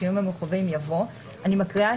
בשינויים המחויבים" יבוא (אני מקריאה